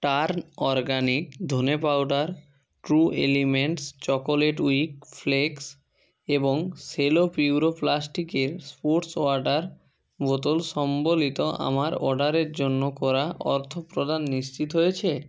turn organic dhania powder true elements chocolate with flakes এবং Cello Puro প্লাস্টিকের sports water বোতল সম্বলিত আমার অর্ডারের জন্য করা অর্থপ্রদান নিশ্চিত হয়েছে